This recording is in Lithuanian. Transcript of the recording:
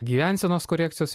gyvensenos korekcijos